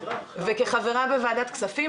כחברה בוועדת כספים,